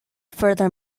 further